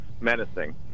menacing